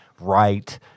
right